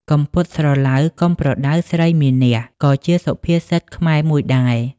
កុំពត់ស្រឡៅកុំប្រដៅស្រីមានះ ក៏ជាសុភាសិតខ្មែរមួយដែរ។